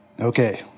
Okay